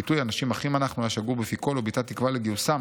הביטוי 'אנשים אחים אנחנו' היה שגור בפי כול וביטא את התקווה לגיוסם